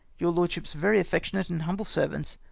your lordship's very affectionate and humble servants,